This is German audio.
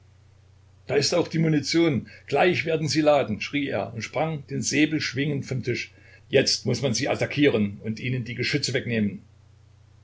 da ist auch die munition gleich werden sie laden schrie er und sprang den säbel schwingend vom tisch jetzt muß man sie attackieren und ihnen die geschütze wegnehmen